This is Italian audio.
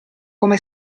come